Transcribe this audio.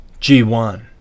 G1